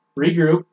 Regroup